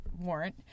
warrant